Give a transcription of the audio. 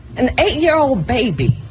an eight year old baby